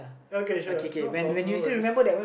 okay sure no problem no worries